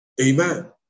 Amen